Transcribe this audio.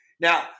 Now